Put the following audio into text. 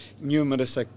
numerous